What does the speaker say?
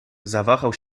zawahał